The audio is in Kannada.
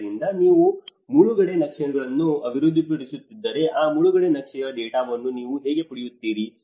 ಆದ್ದರಿಂದ ನೀವು ಮುಳುಗಡೆ ನಕ್ಷೆಗಳನ್ನು ಅಭಿವೃದ್ಧಿಪಡಿಸುತ್ತಿದ್ದರೆ ಆ ಮುಳುಗಡೆ ನಕ್ಷೆಯ ಡೇಟಾವನ್ನು ನೀವು ಹೇಗೆ ಪಡೆಯುತ್ತೀರಿ